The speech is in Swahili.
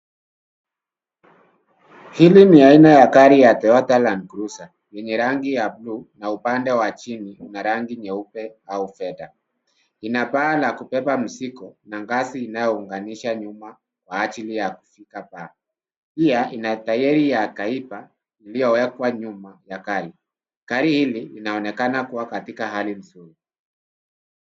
Hili ni aina ya gari ya Toyota Landcruiser lenye rangi ya buluu na upande wa chini una rangi nyeupe au fedha. Ina paa la kubeba mzigo na ngazi inayounganisha nyuma kwa ajili ya kufika paa. Pia ina tairi ya kaiba iliyowekwa nyuma ya gari. Gari hili linaonekana kuwa katika hali nzuri.